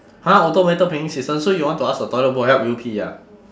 !huh! automated peeing system so you want to ask the toilet bowl help you pee ah